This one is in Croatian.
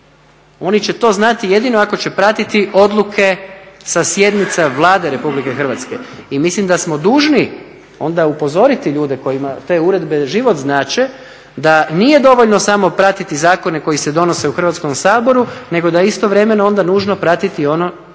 Oni će to znati jedino ako će pratiti odluke sa sjednica Vlade Republike Hrvatske. I mislim da smo dužni onda upozoriti ljude kojima te uredbe život znače da nije dovoljno samo pratiti zakone koji se donose u Hrvatskom saboru nego da je istovremeno onda nužno pratiti i